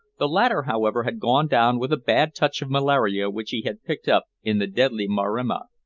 the latter, however, had gone down with a bad touch of malaria which he had picked up in the deadly maremma,